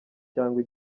cyangwa